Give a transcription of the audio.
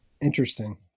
Interesting